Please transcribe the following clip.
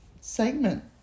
segment